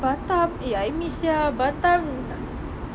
batam eh I miss sia batam